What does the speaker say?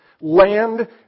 land